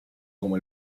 como